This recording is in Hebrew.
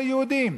על היהודים.